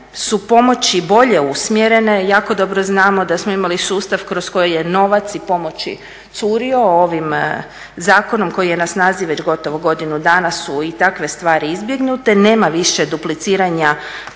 su pomoći bolje usmjerene. Jako dobro znamo da smo imali sustav kroz koji je novac i pomoći curio. Ovim zakonom koji je na snazi već gotovo godinu dana su i takve stvari izbjegnute, nema više dupliciranja